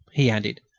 he added,